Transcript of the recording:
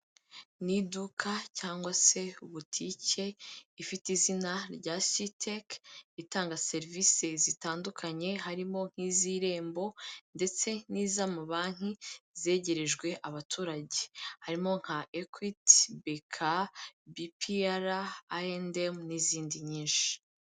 Ni iduka cyangwa se butike ifite izina rya Siteke, itanga serivise zitandukanye, harimo nk'iz'irembo ndetse n'iz'amabanki zegerejwe abaturage. Harimo nka Ekwiti, Beka, BPR, Ayendemu n'izindi nyinshi.